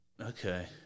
Okay